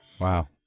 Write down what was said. Wow